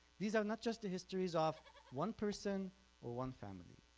these are not just the histories of one person or one family,